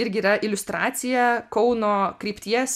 irgi yra iliustracija kauno krypties